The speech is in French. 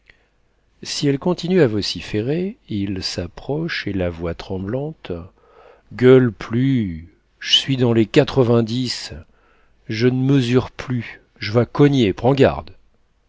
si elle continue à vociférer il s'approche et la voix tremblante gueule plus j'suis dans les quatre-vingt-dix je n'mesure plus j'vas cogner prends garde